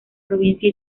provincia